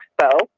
Expo